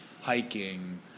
hiking